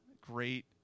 great